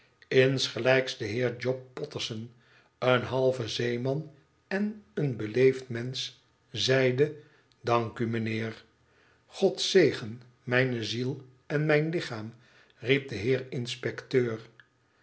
insgelijks de heer job potterson een halve zeeman en een beleefd mensch zeide dank u mijnheer god zegen mijne ziel en mijn lichaam riep de heer inspecteur